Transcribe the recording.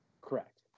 Correct